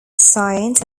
science